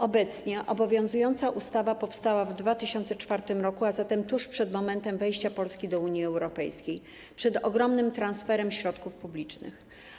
Obecnie obowiązująca ustawa powstała w 2004 r., a zatem tuż przed momentem wejścia Polski do Unii Europejskiej, przed ogromnym transferem środków publicznych.